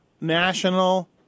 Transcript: National